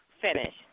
finish